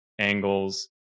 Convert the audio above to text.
angles